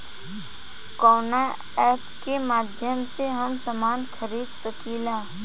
कवना ऐपके माध्यम से हम समान खरीद सकीला?